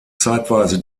zeitweise